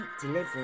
delivery